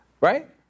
Right